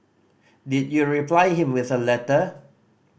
did you reply him with a letter